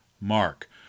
Mark